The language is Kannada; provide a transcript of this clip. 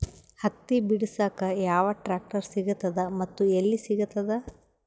ಹತ್ತಿ ಬಿಡಸಕ್ ಯಾವ ಟ್ರಾಕ್ಟರ್ ಸಿಗತದ ಮತ್ತು ಎಲ್ಲಿ ಸಿಗತದ?